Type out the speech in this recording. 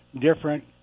different